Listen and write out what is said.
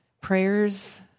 prayers